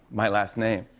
my last name.